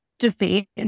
debate